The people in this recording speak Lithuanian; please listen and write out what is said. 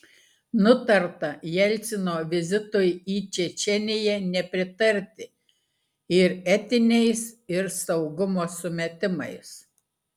nutarta jelcino vizitui į čečėniją nepritarti ir etiniais ir saugumo sumetimais